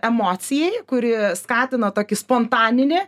emocijai kuri skatina tokį spontaninį